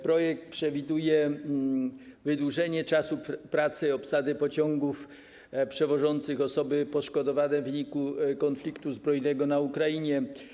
Projekt przewiduje wydłużenie czasu pracy obsady pociągów przewożących osoby poszkodowane w wyniku konfliktu zbrojnego na Ukrainie.